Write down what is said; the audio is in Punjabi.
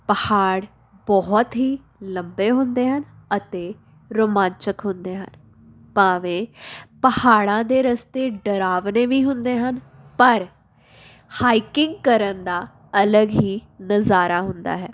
ਪਹਾੜ ਬਹੁਤ ਹੀ ਲੰਬੇ ਹੁੰਦੇ ਹਨ ਅਤੇ ਰੋਮਾਂਚਕ ਹੁੰਦੇ ਹਨ ਭਾਵੇਂ ਪਹਾੜਾਂ ਦੇ ਰਸਤੇ ਡਰਾਵਨੇ ਵੀ ਹੁੰਦੇ ਹਨ ਪਰ ਹਾਈਕਿੰਗ ਕਰਨ ਦਾ ਅਲੱਗ ਹੀ ਨਜ਼ਾਰਾ ਹੁੰਦਾ ਹੈ